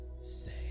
say